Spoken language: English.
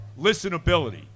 listenability